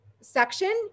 section